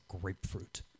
grapefruit